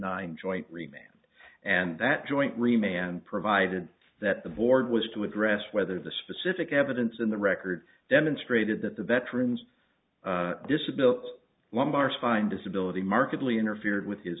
that joint remain and provided that the board was to address whether the specific evidence in the record demonstrated that the veterans disability lumbar spine disability markedly interfered with his